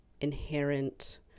inherent